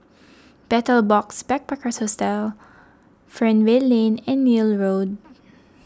Betel A Box Backpackers Hostel Fernvale Lane and Neil Road